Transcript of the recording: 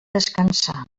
descansar